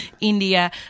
India